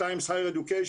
ה-Times Higher Education,